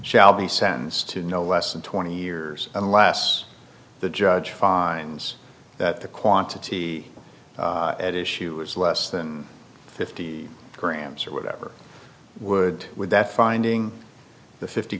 shall be sentenced to no less than twenty years unless the judge says that the quantity at issue is less than fifty grams or whatever would without finding the fifty